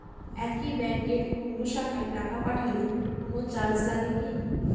একই ব্যাংকের অন্য শাখায় টাকা পাঠালে কোন চার্জ লাগে কি?